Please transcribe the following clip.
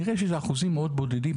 נראה שמדובר באחוזים מאוד בודדים.